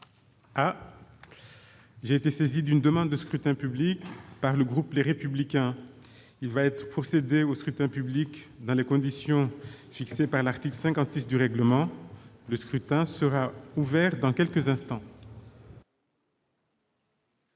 J'ai été saisi d'une demande de scrutin public émanant du groupe Les Républicains. Il va être procédé au scrutin dans les conditions fixées par l'article 56 du règlement. Le scrutin est ouvert. Personne ne demande